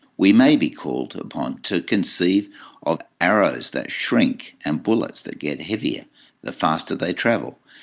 we may be called upon to conceive of arrows that shrink and bullets that get heavier the faster they travel,